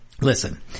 listen